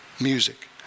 music